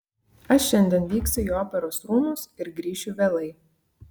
aš šiandien vyksiu į operos rūmus ir grįšiu vėlai